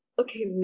Okay